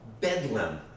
bedlam